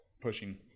pushing